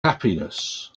happiness